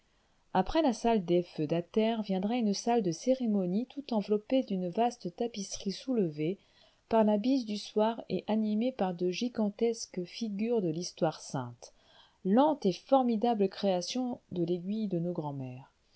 après la salle des feudataires viendrait une salle de cérémonie tout enveloppée d'une vaste tapisserie soulevée par la bise du soir et animée par de gigantesques figures de l'histoire sainte lente et formidable création de l'aiguille de nos grand'mères